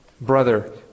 brother